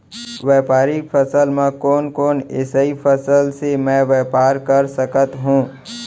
व्यापारिक फसल म कोन कोन एसई फसल से मैं व्यापार कर सकत हो?